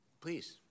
Please